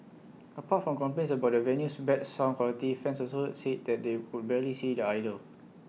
apart from complaints about the venue's bad sound quality fans also said they could barely see their idol